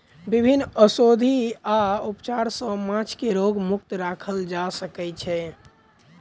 विभिन्न औषधि आ उपचार सॅ माँछ के रोग मुक्त राखल जा सकै छै